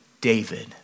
David